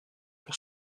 pour